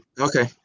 Okay